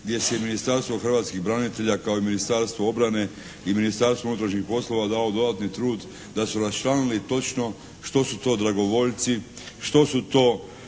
jer se i Ministarstvo hrvatskih branitelja kao i Ministarstvo obrane i Ministarstvo unutarnjih poslova dao dodatni trud da su raščlanili točno što su to dragovoljci, što su to